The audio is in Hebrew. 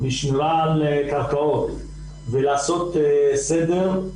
שמירה על קרקעות ולעשות סדר,